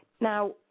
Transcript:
Now